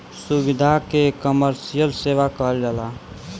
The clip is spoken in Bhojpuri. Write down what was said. सुविधा के कमर्सिअल सेवा कहल जाला